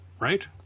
right